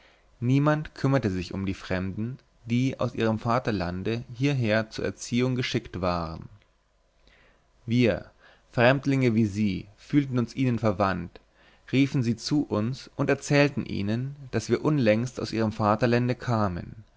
niemand bekümmerte sich um die fremden die aus ihrem vaterlande hierher zur erziehung geschickt waren wir fremdlinge wie sie fühlten uns ihnen verwandt riefen sie zu uns erzählten ihnen daß wir unlängst aus ihrem vaterlände kämen